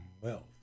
wealth